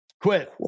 quit